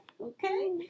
Okay